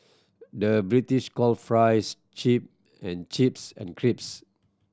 the British call fries chip and chips and crisps